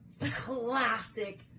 classic